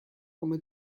come